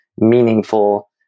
meaningful